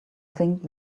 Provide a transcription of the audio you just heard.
think